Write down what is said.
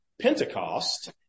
Pentecost